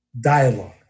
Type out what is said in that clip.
dialogue